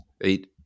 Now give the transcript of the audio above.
eight